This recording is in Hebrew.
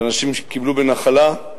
שאנשים קיבלו בנחלה,